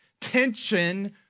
Tension